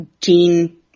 Gene